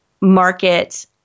market